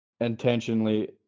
intentionally